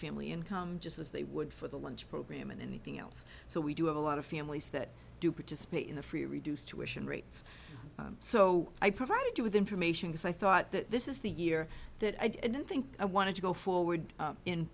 family income just as they would for the lunch program and anything else so we do have a lot of families that do participate in the free or reduced to asian rates so i provided you with information because i thought that this is the year that i didn't think i wanted to go forward in